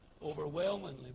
overwhelmingly